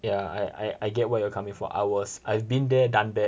yeah I I I get what you coming from I was I've been there done that